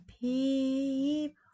people